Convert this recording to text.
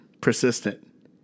persistent